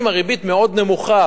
אם הריבית מאוד נמוכה,